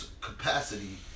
capacity